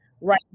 right